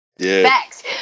Facts